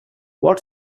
what